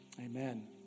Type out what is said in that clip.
Amen